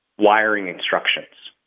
wiring instructions,